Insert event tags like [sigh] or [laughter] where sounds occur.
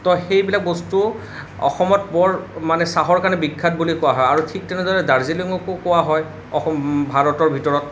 তো সেইবিলাক বস্তু অসমত বৰ মানে চাহৰ কাৰণে বিখ্যাত বুলি কোৱা হয় আৰু ঠিক তেনেদৰে দাৰ্জিলিঙকো কোৱা হয় [unintelligible] ভাৰতৰ ভিতৰত